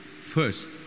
First